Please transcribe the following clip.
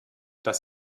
das